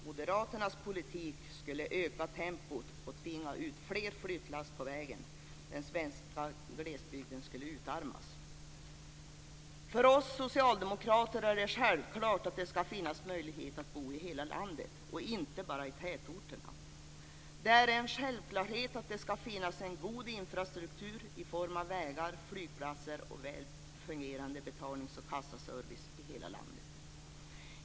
Moderaternas politik skulle öka tempot och tvinga ut fler flyttlass på vägen. Den svenska glesbygden skulle utarmas. För oss socialdemokrater är det självklart att det ska finnas möjlighet att bo i hela landet och inte bara i tätorterna. Det är en självklarhet att det ska finnas en god infrastruktur i form av vägar, flygplatser och väl fungerande betalnings och kassaservice i hela landet.